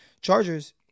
Chargers